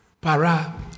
Para